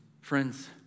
Friends